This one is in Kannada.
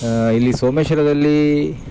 ಇಲ್ಲಿ ಸೋಮೇಶ್ವರದಲ್ಲಿ